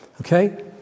okay